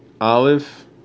olive